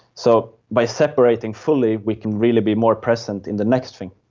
so by separating fully we can really be more present in the next thing.